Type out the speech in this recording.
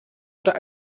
oder